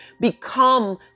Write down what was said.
become